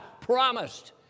promised